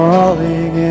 Falling